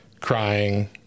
crying